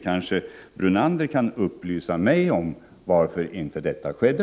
Kanske Lennart Brunander kan upplysa mig om varför inte detta skedde.